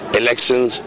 elections